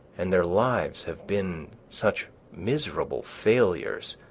and their lives have been such miserable failures,